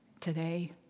today